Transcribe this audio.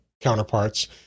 counterparts